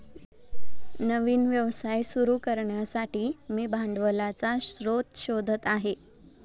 नवीन व्यवसाय सुरू करण्यासाठी मी भांडवलाचा स्रोत शोधत आहे